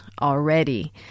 already